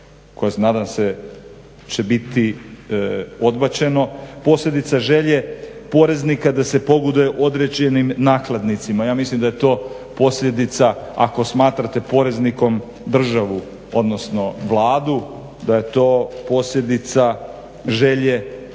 koje nadam se će biti odbačeno posljedica želje poreznika da se pogoduje određenim nakladnicima. Ja mislim da je to posljedica ako smatrate poreznikom državu, odnosno Vladu, da je to posljedica želje